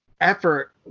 effort